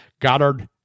Goddard